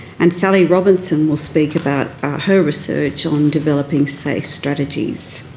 and sally robinson will speak about her research on developing safe strategies.